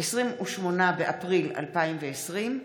28 באפריל 2020,